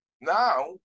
Now